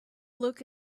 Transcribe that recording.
look